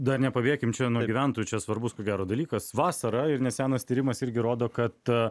dar nepabėkim čia nuo gyventojų čia svarbus ko gero dalykas vasara ir nesenas tyrimas irgi rodo kad